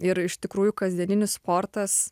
ir iš tikrųjų kasdieninis sportas